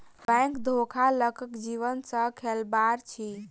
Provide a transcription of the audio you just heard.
bank धोखा लोकक जीवन सॅ खेलबाड़ अछि